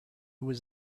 was